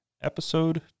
episode